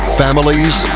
families